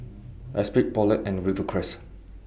Esprit Poulet and Rivercrest